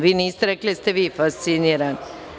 Vi niste rekli da ste vi fascinirani.